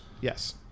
Yes